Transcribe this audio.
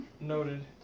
Noted